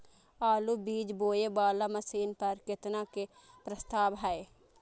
आलु बीज बोये वाला मशीन पर केतना के प्रस्ताव हय?